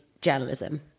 journalism